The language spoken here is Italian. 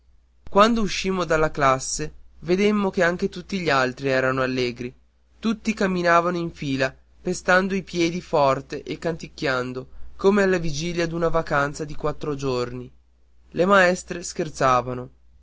quando uscimmo dalla classe vedemmo che anche tutti gli altri erano allegri tutti camminavano in fila pestando i piedi forte e canticchiando come alla vigilia d'una vacanza di quattro giorni le maestre scherzavano